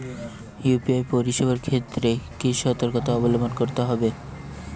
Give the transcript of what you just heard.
UPI পরিসেবার ক্ষেত্রে কি সতর্কতা অবলম্বন করতে হবে?